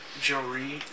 jewelry